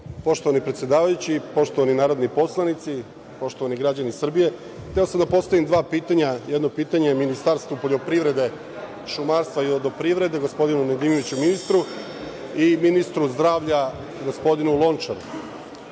Poštovani predsedavajući, poštovani narodni poslanici, poštovani građani Srbije, hteo sam da postavim dva pitanja, jedno pitanje Ministarstvu poljoprivrede, šumarstva i vodoprivrede, ministru gospodinu Nedimoviću, a drugo ministru zdravlja gospodinu Lončaru. Prvo